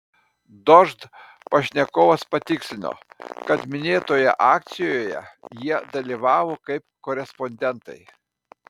dožd pašnekovas patikslino kad minėtoje akcijoje jie dalyvavo kaip korespondentai